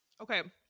Okay